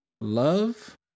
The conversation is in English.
love